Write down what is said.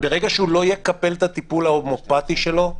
ברגע שהוא לא יקבל את הטיפול ההומיאופתי שלו,